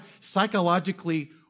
psychologically